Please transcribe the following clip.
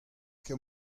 ket